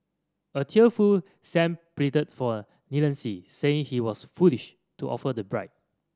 a tearful Sang pleaded for leniency saying he was foolish to offer the bribe